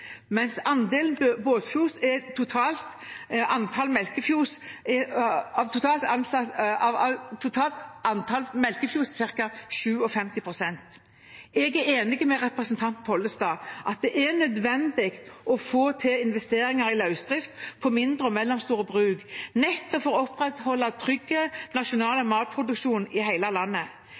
av totalt antall melkefjøs er ca. 57 pst. Jeg er enig med representanten Pollestad i at det er nødvendig å få til investeringer i løsdrift på mindre og mellomstore bruk nettopp for å opprettholde en trygg nasjonal matproduksjon i hele landet.